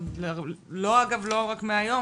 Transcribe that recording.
לא רק מהיום,